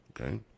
Okay